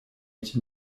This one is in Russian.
эти